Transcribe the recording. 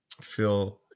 feel